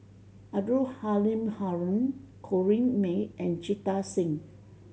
Abdul Halim Haron Corrinne May and Jita Singh